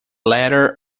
ladder